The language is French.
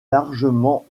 largement